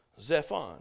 Zephon